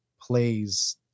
plays